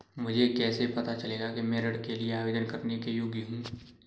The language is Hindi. मुझे कैसे पता चलेगा कि मैं ऋण के लिए आवेदन करने के योग्य हूँ?